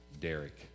Derek